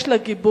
יש לה גיבוי?